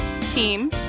team